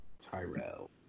Tyrell